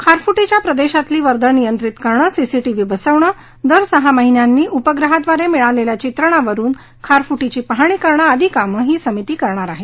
खारफुटीच्या प्रदेशातली वर्दळ नियंत्रीत करणं सीसीटीव्ही बसवणं दर सहा महिन्यांनी उपग्रहाद्वारे मिळालेल्या चित्रणावरून खारफुटीची पाहणी करणं आदी कामं ही समिती करणार आहे